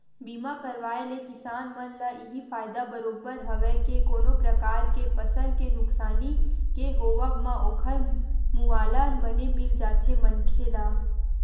बीमा करवाय ले किसान मन ल इहीं फायदा बरोबर हवय के कोनो परकार ले फसल के नुकसानी के होवब म ओखर मुवाला बने मिल जाथे मनखे ला